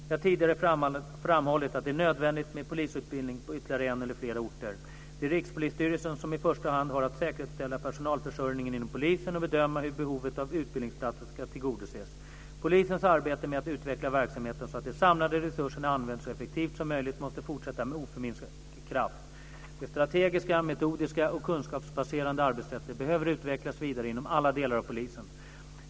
Jag har tidigare framhållit att det är nödvändigt med polisutbildning på ytterligare en eller flera orter. Det är Rikspolisstyrelsen som i första hand har att säkerställa personalförsörjningen inom polisen och bedöma hur behovet av utbildningsplatser ska tillgodoses. Polisens arbete med att utveckla verksamheten så att de samlade resurserna används så effektivt som möjligt måste fortsätta med oförminskad kraft. Det strategiska, metodiska och kunskapsbaserade arbetssättet behöver utvecklas vidare inom alla delar av polisen.